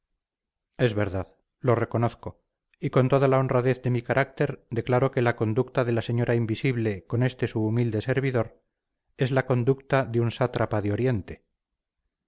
es verdad lo reconozco y con toda la honradez de mi carácter declaro que la conducta de la señora invisible con este su humilde servidor es la conducta de un sátrapa de oriente